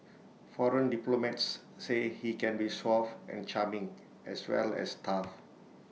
foreign diplomats say he can be suave and charming as well as tough